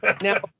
Now